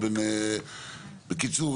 או בקיצור